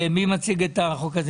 מי מציג את החוק הזה?